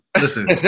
Listen